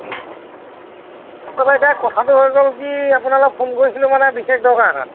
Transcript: তাৰ পৰা এতিয়া কথাটো হৈ গ'ল কি আপোনালৈ ফোন কৰিছিলোঁ মানে বিশেষ দৰকাৰ এটাত